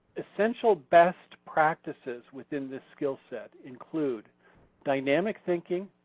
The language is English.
essential best practices within this skill set include dynamic thinking,